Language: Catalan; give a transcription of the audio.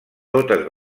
totes